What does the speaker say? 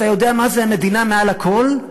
אתה יודע מה זה "המדינה מעל הכול"?